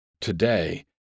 today